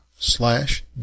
Slash